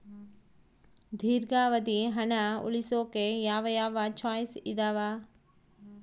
ದೇರ್ಘಾವಧಿ ಹಣ ಉಳಿಸೋಕೆ ಯಾವ ಯಾವ ಚಾಯ್ಸ್ ಇದಾವ?